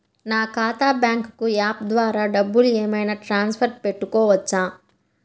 నా ఖాతా bank app ద్వారా డబ్బులు ఏమైనా ట్రాన్స్ఫర్ పెట్టుకోవచ్చా?